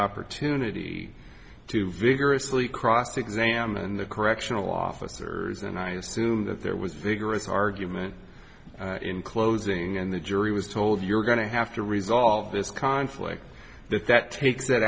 opportunity to vigorously cross examine the correctional officers and i assume that there was vigorous argument in closing and the jury was told you're going to have to resolve this conflict that that takes